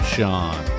Sean